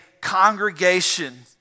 congregation